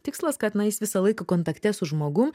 tikslas kad na jis visą laiką kontakte su žmogum